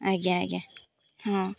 ଆଜ୍ଞା ଆଜ୍ଞା ହଁ